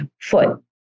foot